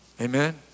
Amen